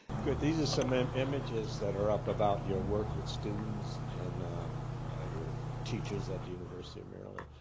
good. these are some um images that are up about your work with students and your teachers at the university of maryland.